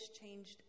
changed